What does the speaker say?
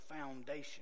foundation